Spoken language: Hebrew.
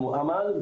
כמו אמאל,